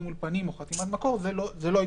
מול פנים או חתימת מקור את זה לא יצטרכו.